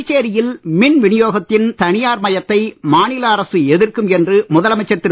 புதுச்சேரியில் மின் வினியோகத்தின் தனியார் மயத்தை மாநில அரசு எதிர்க்கும் என்று முதலமைச்சர் திரு